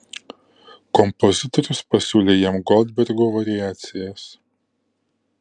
kompozitorius pasiūlė jam goldbergo variacijas